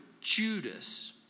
Judas